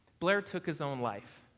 blair took his own life.